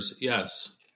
yes